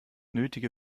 nötige